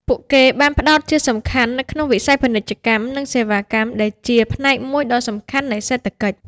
ពួកគេបានផ្តោតជាសំខាន់នៅក្នុងវិស័យពាណិជ្ជកម្ម និងសេវាកម្ម ដែលជាផ្នែកមួយដ៏សំខាន់នៃសេដ្ឋកិច្ច។